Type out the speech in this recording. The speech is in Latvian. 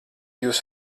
jūs